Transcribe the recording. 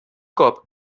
cop